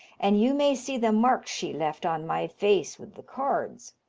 and you may see the marks she left on my face with the cards.